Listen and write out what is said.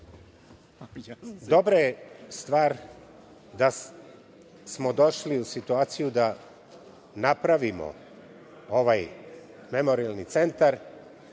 dobra je stvar da smo došli u situaciju da napravimo ovaj memorijalni centar.